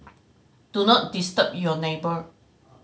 do not disturb your neighbour